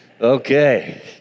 Okay